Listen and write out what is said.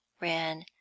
ran